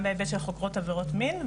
של חוקרות עבירות מין,